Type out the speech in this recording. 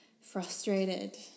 frustrated